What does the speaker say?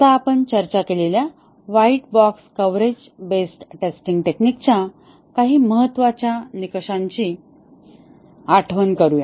आता आपण चर्चा केलेल्या white box coverage based testing टेक्निकच्या काही महत्वाच्या निकषांची आठवण करूया